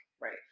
Right